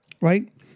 right